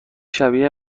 شبیه